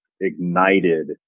ignited